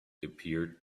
appeared